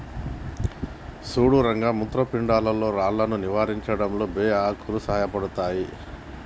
సుడు రంగ మూత్రపిండాల్లో రాళ్లను నివారించడంలో బే ఆకులు సాయపడతాయి